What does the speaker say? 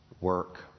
work